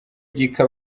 gika